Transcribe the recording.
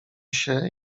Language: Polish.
się